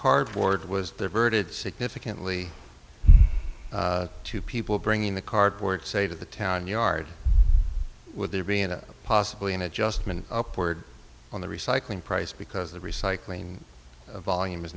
cardboard was verted significantly two people bringing the cardboard say to the town yard with there being a possibly an adjustment upward on the recycling price because the recycling volume